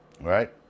right